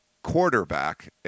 quarterback